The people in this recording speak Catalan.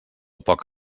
poc